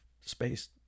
space